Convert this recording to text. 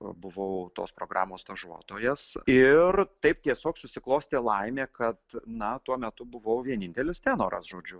buvau tos programos stažuotojas ir taip tiesiog susiklostė laimė kad na tuo metu buvau vienintelis tenoras žodžiu